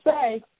say